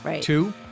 Two